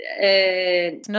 No